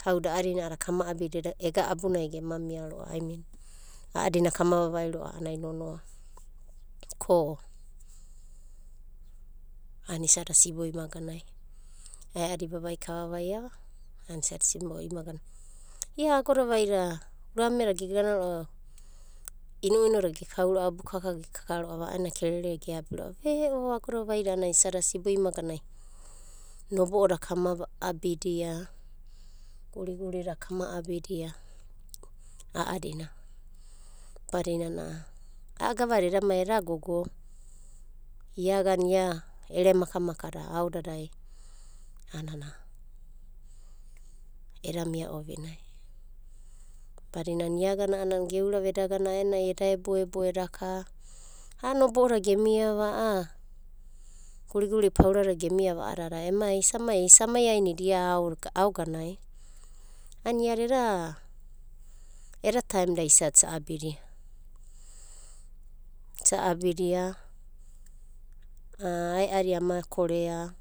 Kauda a'adina a'adada kama abi ega abunai genia mia o a'adina kama vavai ro'a a'ana ama nonoa. Ko a'ana isada sibo imaganai ae'adi vavai ka vavaiava a'ana isada sibo imagani. Ia agoda vaida urameda gegana ro'ava inuinu gekau ro'ava abu kaka ge kaka ro'ava a'ananai kerereda geabi ro'ava. Ve'o agoda vaida a'ana isada sibo imaganai nobo'oda kama abidia, a'adina badinana a'a gavada edaniai eda gogo iagana ia ere maka makada aodadai a'anana eda mia ovinai. Badinana ia agana a'ana geurava eda gana aenai eda eboebo edaka. A'a nobo'oda gemiava, a'a gurigurida pauradada gemiava a'adada isa mai ainidia ia aoganai a'ana iada eda taemda isada isa abidia. Isa abidia a ae'adi ama korea.